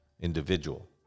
individual